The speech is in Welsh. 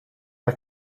mae